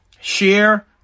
share